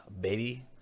baby